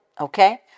okay